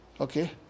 Okay